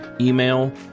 email